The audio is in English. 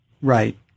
Right